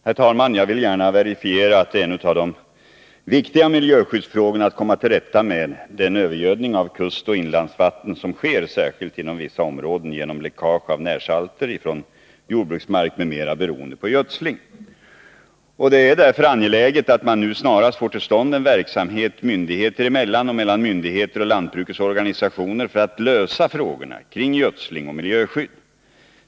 Herr talman! Jag vill gärna verifiera att en av de viktigaste miljöskyddsfrågorna som det gäller att komma till rätta med är den övergödning av kustoch inlandsvatten som sker, särskilt inom vissa områden, genom läckage av närsalter från jordbruksmark m.m. beroende på gödsling. Det är därför angeläget att man nu snabbt får till stånd en verksamhet myndigheter emellan och mellan myndigheter och lantbrukets organisationer för att lösa frågorna kring gödsling och miljöskydd.